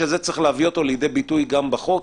שצריך להביא אותו לידי ביטוי גם בחוק,